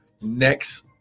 next